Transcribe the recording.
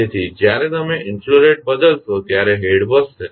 તેથી જ્યારે તમે ઇનફ્લો રેટ બદલશો ત્યારે હેડ વધશે